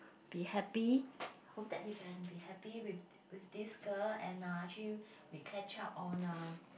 be happy hope that he can be happy with this girl and actually we catch up on a